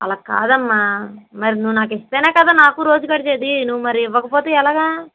అలా కాదమ్మా మరి నువ్వు నాకు ఇస్తేనే కదా నాకూ రోజు గడిచేది నువ్వు మరి ఇవ్వకపోతే ఎలాగా